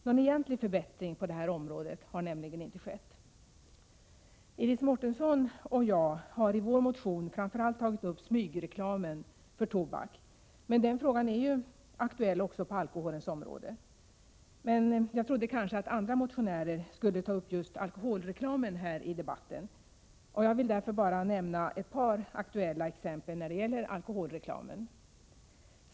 Någon egentlig förbättring på det här området har nämligen inte skett. Iris Mårtensson och jag har i vår motion framför allt tagit upp smygreklamen för tobak. Den frågan är lika aktuell på alkoholens område. Men jag trodde att andra motionärer skulle ta upp just alkoholreklamen här i debatten. Jag vill därför bara nämna ett par aktuella exempel när det gäller alkoholreklamen.